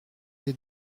des